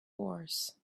wars